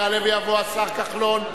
יעלה ויבוא השר כחלון,